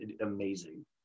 amazing